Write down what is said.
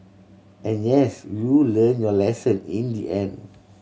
and yes you learnt your lesson in the end